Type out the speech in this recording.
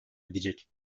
edecek